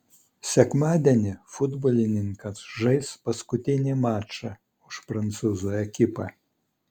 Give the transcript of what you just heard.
sekmadienį futbolininkas žais paskutinį mačą už prancūzų ekipą